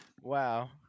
Wow